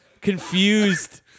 confused